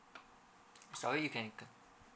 sorry you can